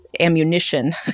Ammunition